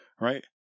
Right